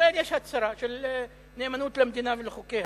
בישראל יש הצהרה של נאמנות למדינה ולחוקיה,